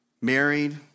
married